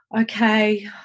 okay